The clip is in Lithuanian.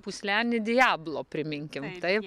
pūslenį dijablo priminkim taip